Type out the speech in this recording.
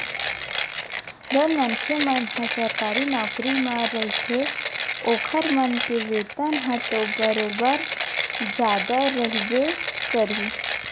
जउन मनखे मन ह सरकारी नौकरी म रहिथे ओखर मन के वेतन ह तो बरोबर जादा रहिबे करही